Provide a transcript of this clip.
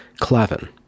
Clavin